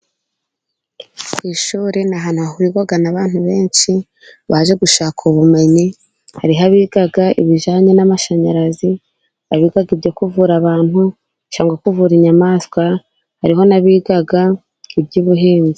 Ishuri ni ahantu hahurirwa n'abantu benshi baje gushaka ubumenyi hari aho abiga ibijyanye n'amashanyarazi, abiga ibyo kuvura abantu cyangwa kuvura inyamaswa harimo n'abiga iby'ubuhinzi.